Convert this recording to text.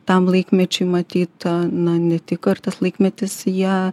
tam laikmečiui matyta na ne tik ar tas laikmetis ją